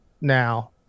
now